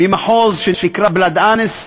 ממחוז שנקרא בלאד-אנֵס,